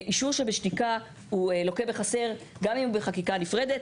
אישור שבשתיקה הוא לוקה בחסר גם אם הוא בחקיקה נפרדת.